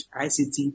ICT